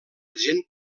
gent